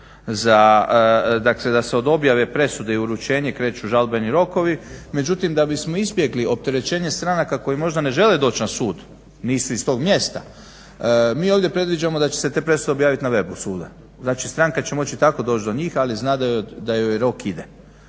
dakle da se od objave presude i uručenje kreću žalbeni rokovi. Međutim, da bismo izbjegli opterećenje stranaka koji možda ne žele doći na sud, nisu iz tog mjesta, mi ovdje predviđamo da će se te presude objaviti na webu suda. Znači, stranka će moći tako doći do njih, ali zna da joj rok ide.